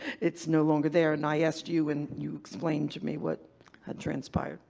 it's no longer there, and i asked you and you explained to me what had transpired.